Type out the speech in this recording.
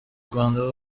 rwanda